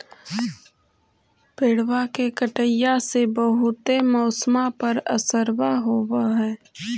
पेड़बा के कटईया से से बहुते मौसमा पर असरबा हो है?